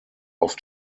auf